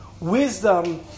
Wisdom